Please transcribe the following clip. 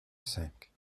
cinq